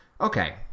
Okay